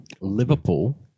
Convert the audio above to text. Liverpool